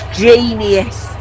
genius